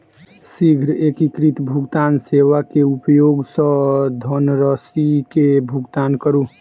शीघ्र एकीकृत भुगतान सेवा के उपयोग सॅ धनरशि के भुगतान करू